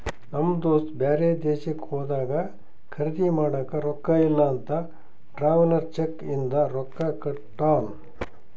ನಮ್ ದೋಸ್ತ ಬ್ಯಾರೆ ದೇಶಕ್ಕ ಹೋದಾಗ ಖರ್ದಿ ಮಾಡಾಕ ರೊಕ್ಕಾ ಇಲ್ಲ ಅಂತ ಟ್ರಾವೆಲರ್ಸ್ ಚೆಕ್ ಇಂದ ರೊಕ್ಕಾ ಕೊಟ್ಟಾನ